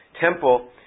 temple